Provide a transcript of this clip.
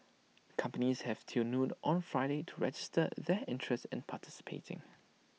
companies have till noon on Friday to register their interest in participating